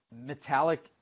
metallic